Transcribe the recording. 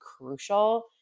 crucial